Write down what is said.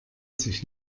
sich